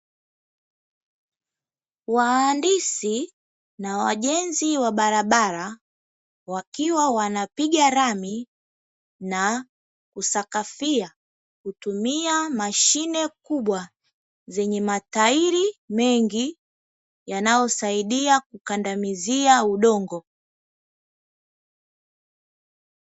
Wahandisi na wajenzi wa barabara, wakiwa wanapiga lami na kusakafia, hutumia mashine kubwa zenye matairi mengi, yanayosaidia kukandamizia udongo.